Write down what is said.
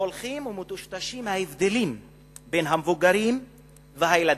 שהולכים ומיטשטשים ההבדלים בין המבוגרים והילדים.